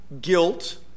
guilt